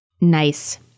Nice